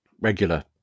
regular